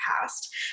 past